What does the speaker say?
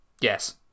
yes